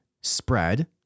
spread